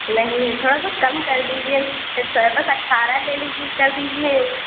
نہیں تھوڑا سا کم کر دیجیے بس اٹھارہ لے لیجیے کر دیجیے